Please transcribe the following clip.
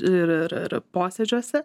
frakcijose ir posėdžių ir ir ir posėdžiuose